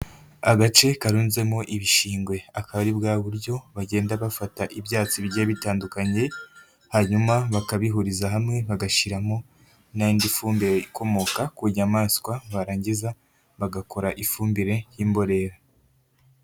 Agace karunzemo ibishingwe, akaba ari bwa buryo bagenda bafata ibyatsi bigiye bitandukanye hanyuma bakabihuriza hamwe bagashyiramo n'indi fumbire ikomoka ku nyamaswa, barangiza bagakora ifumbire y'imborera.